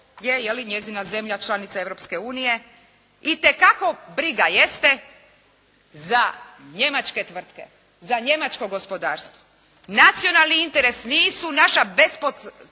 li njezina zemlja članica Europske unije, itekako briga jeste za njemačke tvrtke, za njemačko gospodarstvo. Nacionalni interes nisu naša bespotrebna